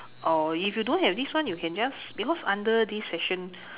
or if you don't have this one you can just because under this section